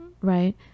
Right